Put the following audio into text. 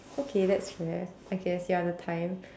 okay that's fair I guess ya the time